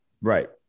right